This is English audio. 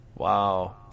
wow